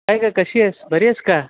काय ग कशी आहेस बरी आहेस का